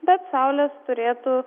bet saulės turėtų